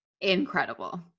Incredible